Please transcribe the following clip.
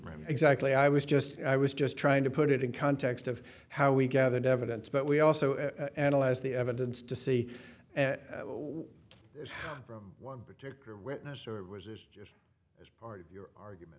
right exactly i was just i was just trying to put it in context of how we gathered evidence but we also analyze the evidence to see how one particular witness or was is just as part of your argument